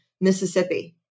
Mississippi